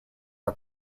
are